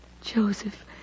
Joseph